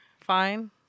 Fine